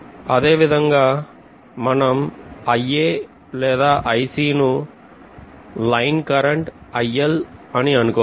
అదేవిధంగా మనం లేదా ను లైన్ కరెంటు IL అని అనుకోవచ్చు